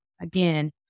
Again